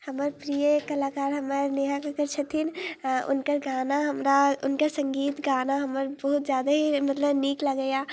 हमर प्रिय कलाकार हमर नेहा कक्कड़ छथिन हुनकर गाना हमरा हुनकर सङ्गीत गाना हमरा बहुत ज्यादे मतलब नीक लागैए